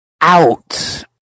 out